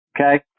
Okay